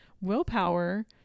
willpower